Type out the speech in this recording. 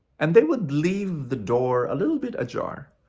and they would leave the door a little bit ajar.